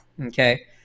okay